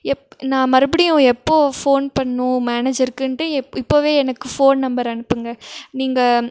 எப் நான் மறுபடியும் எப்போது ஃபோன் பண்ணணும் மேனேஜருக்குன்ட்டு எப் இப்போவே எனக்கு ஃபோன் நம்பர் அனுப்புங்கள் நீங்கள்